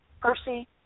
Percy